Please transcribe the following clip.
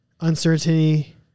Uncertainty